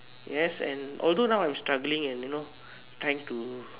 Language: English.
yes and although now I am struggling and you know thanks to